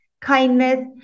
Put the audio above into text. kindness